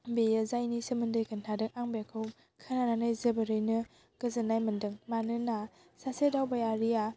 बेयो जायनि सोमोन्दै खोन्थादों आं बेखौ खोनानानै जोबोरैनो गोजोन्नाय मोन्दों मानोना सासे दावबायारिया